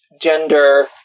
gender